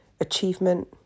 achievement